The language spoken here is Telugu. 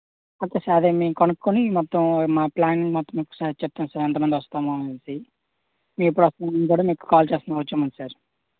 ఓకే సార్ అదే మేము కనుక్కుని మొత్తం మా ప్ల్యానింగ్ మొత్తం ఒకసారి చెప్తాం సార్ ఎంతమంది వస్తామో అనేసి ఎప్పుడొస్తామో అనేది కూడా మీకు కాల్ చేస్తాం వచ్చేముందు సార్